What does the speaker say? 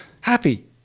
Happy